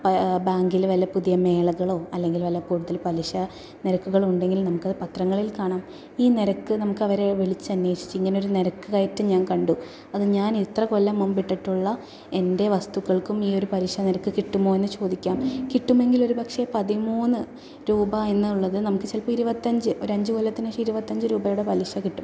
ബാങ്കില് വല്ല പുതിയ മേളകളോ അല്ലെങ്കിൽ വല്ല കൂടുതൽ പലിശ നിരക്കുകളുണ്ടെങ്കിൽ നമുക്ക് പത്രങ്ങളിൽ കാണം ഈ നിരക്ക് നമുക്ക് അവരെ വിളിച്ച് അന്വേഷിച്ചിങ്ങനെ ഒരു നിരക്ക് കയറ്റം ഞാൻ കണ്ടു അത് ഞാൻ ഇത്ര കൊല്ലം മുമ്പ് ഇട്ടിട്ടുള്ള എൻ്റെ വസ്തുക്കൾക്കും ഈ ഒരു പലിശ നിരക്ക് കിട്ടുമോ എന്ന് ചോദിക്കാം കിട്ടുമെങ്കിൽ ഒരു പക്ഷേ പതിമൂന്ന് രൂപ എന്നുള്ളത് നമ്മുക്ക് ചിലപ്പോൾ ഇരുപത്തഞ്ച് ഒരു അഞ്ചു കൊല്ലത്തിന് ശേഷം ഇരുപത്തഞ്ച് രൂപയുടെ പലിശ കിട്ടും